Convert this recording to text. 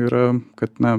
yra kad na